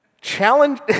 Challenge